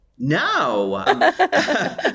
No